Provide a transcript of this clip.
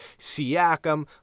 Siakam